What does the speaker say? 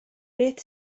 beth